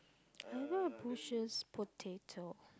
I don't have bushes potato